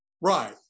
Right